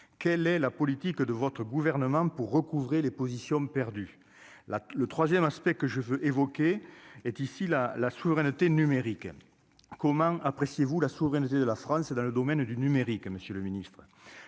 quelle est la politique de votre gouvernement pour recouvrer les positions perdues là le 3ème aspect que je veux évoquer est ici la la souveraineté numérique comment appréciez-vous la souveraineté de la France dans le domaine du numérique, Monsieur le Ministre,